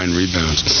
rebounds